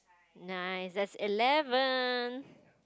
nice that's eleven